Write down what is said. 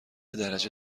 درجه